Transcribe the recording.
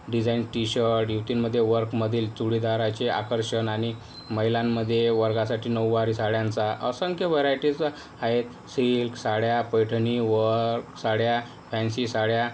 design T shirt युवतींमध्ये वर्कमधील चुडीदारचे आकर्षण आणि महिलांमध्ये वर्गासाठी नऊवारी साड्यांचा असंख्य व्हरायटीज आहेत सिल्क साड्या पैठणी वर्क साड्या फॅन्सी साड्या